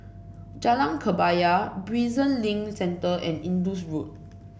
Jalan Kebaya Prison Link Centre and Indus Road